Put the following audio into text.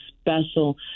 special